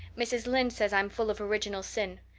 mrs. lynde says i'm full of original sin.